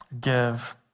give